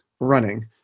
running